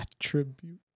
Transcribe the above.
Attribute